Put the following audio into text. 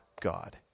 God